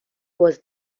باز